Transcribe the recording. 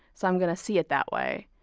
so i'm going to see it that way,